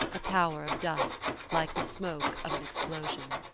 a tower of dust, like the smoke of in explosion.